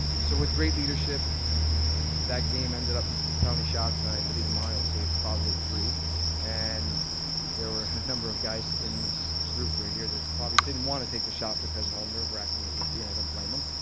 so with great leadership that game ended up penalty shots, and i believe mario saved probably three and there were a number of guys in this group right here that probably didn't want to take the shot because of how nerve wracking it would be and i don't blame them.